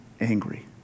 angry